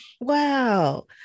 Wow